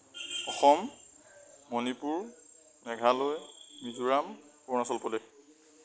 Assam Manipur Meghalaya Mizoram Arunachal Pradesh